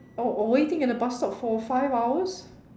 oh well waiting at the bus stop for five hours